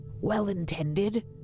Well-intended